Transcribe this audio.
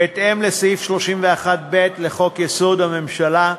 בהתאם לסעיף 31(ב) לחוק-יסוד: הממשלה,